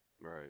Right